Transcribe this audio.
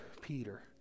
Peter